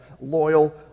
loyal